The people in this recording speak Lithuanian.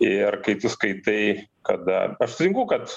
ir kai tu skaitai kada aš sutinku kad